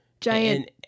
giant